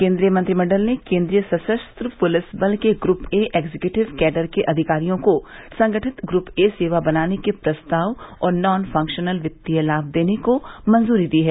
केंद्रीय मंत्रिमंडल ने केंद्रीय सशस्त्र पुलिस बल के ग्रुप ए एग्जक्युटिव कैडर के अधिकारियों को संगठित ग्रुप ए सेवा बनाने के प्रस्ताव और नॉन फंक्रानल वित्तीय लाम देने को मंजूरी दी है